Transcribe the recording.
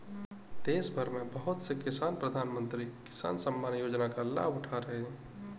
देशभर में बहुत से किसान प्रधानमंत्री किसान सम्मान योजना का लाभ उठा रहे हैं